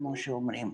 כפי שאומרים,